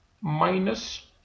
minus